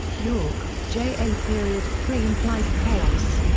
yorke, j a. period three implies chaos.